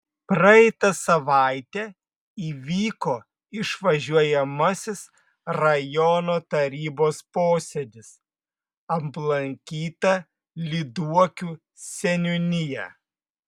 praeitą savaitę įvyko išvažiuojamasis rajono tarybos posėdis aplankyta lyduokių seniūnija